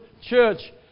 church